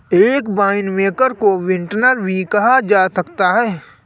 एक वाइनमेकर को विंटनर भी कहा जा सकता है